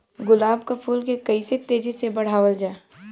गुलाब क फूल के कइसे तेजी से बढ़ावल जा?